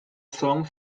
song